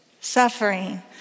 Suffering